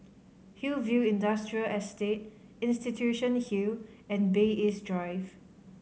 Hillview Industrial Estate Institution Hill and Bay East Drive